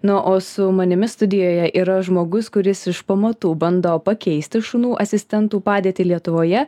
na o su manimi studijoje yra žmogus kuris iš pamatų bando pakeisti šunų asistentų padėtį lietuvoje